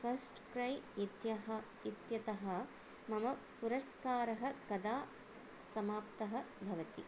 first cry इत्यः इत्यतः मम पुरस्कारः कदा समाप्तः भवति